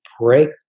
break